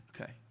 Okay